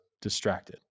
distracted